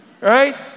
right